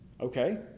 Okay